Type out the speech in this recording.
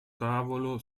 tavolo